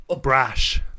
Brash